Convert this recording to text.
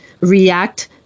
react